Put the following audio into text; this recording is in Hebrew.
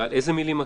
איזה מילים?